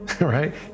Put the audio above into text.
Right